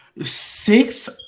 Six